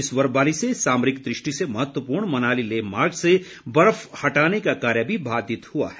इस बर्फबारी से सामरिक दृष्टि से महत्वपूर्ण मनाली लेह मार्ग से बर्फ हटाने का कार्य भी बाधित हुआ है